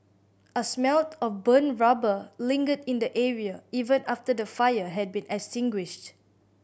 a smelled of burnt rubber lingered in the area even after the fire had been extinguished